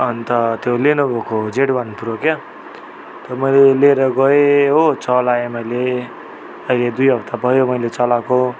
अन्त त्यो लेनोभोको जेड वान प्रो क्या तर मैले लिएर गएँ हो चलाएँ मैले अहिले दुई हप्ता भयो मैले चलाएको